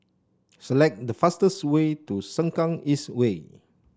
select the fastest way to Sengkang East Way